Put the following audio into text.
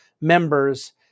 members